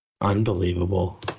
Unbelievable